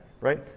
Right